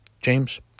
James